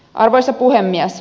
arvoisa puhemies